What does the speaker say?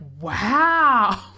wow